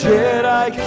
Jedi